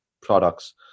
products